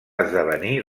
esdevenir